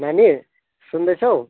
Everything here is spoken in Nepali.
नानी सुन्दैछौ